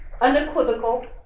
unequivocal